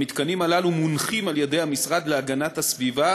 המתקנים הללו מונחים על-ידי המשרד להגנת הסביבה